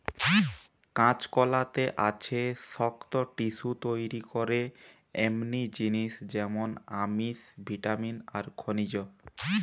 কাঁচকলাতে আছে শক্ত টিস্যু তইরি করে এমনি জিনিস যেমন আমিষ, ভিটামিন আর খনিজ